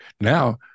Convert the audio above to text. now